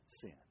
sin